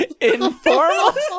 informal